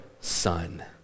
son